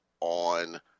on